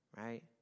Right